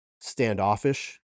standoffish